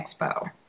Expo